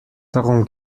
darum